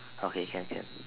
okay can can